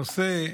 נושא,